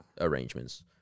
arrangements